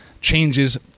changes